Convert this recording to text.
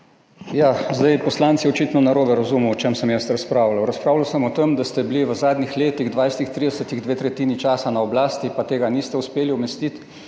Poslanec je očitno narobe razumel, o čem sem jaz razpravljal. Razpravljal sem o tem, da ste bili v zadnjih 20, 30 letih dve tretjini časa na oblasti, pa tega niste uspeli umestiti,